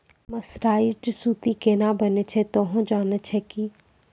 mercerised सूती केना बनै छै तोहों जाने छौ कि